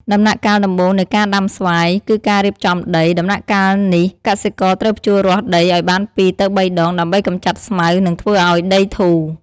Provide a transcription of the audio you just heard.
ដំណាក់កាលដំបូងនៃការដាំស្វាយ គឺការរៀបចំដី ដំណាក់កាលនេះកសិករត្រូវភ្ជួររាស់ដីឲ្យបានពីរទៅបីដង ដើម្បីកម្ចាត់ស្មៅ និងធ្វើឲ្យដីធូរ។